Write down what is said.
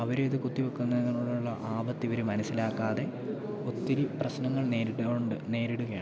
അവർ ഇത് കുത്തിവെക്കുന്നതിനാലുള്ള ആപത്ത് ഇവർ മനസ്സിലാക്കാതെ ഒത്തിരി പ്രശ്നങ്ങൾ നേരിട്ടുകൊണ്ട് നേരിടുകയാണ്